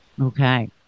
Okay